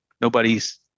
Nobody's